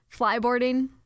Flyboarding